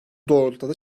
doğrultuda